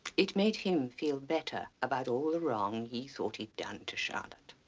it made him feel better about all the wrong he thought he'd done to charlotte.